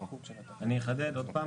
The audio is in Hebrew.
אני אחדד עוד פעם.